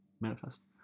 manifest